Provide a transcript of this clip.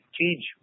change